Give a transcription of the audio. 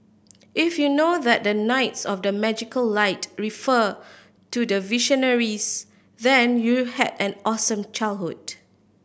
if you know that the knights of the magical light refer to the Visionaries then you had an awesome childhood